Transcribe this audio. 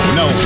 no